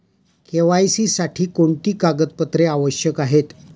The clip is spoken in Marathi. के.वाय.सी साठी कोणती कागदपत्रे आवश्यक आहेत?